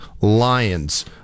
Lions